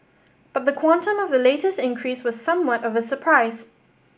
but the quantum of the latest increase was somewhat of a surprise